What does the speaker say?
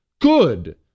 good